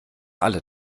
alle